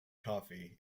coffee